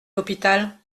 hôpital